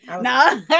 no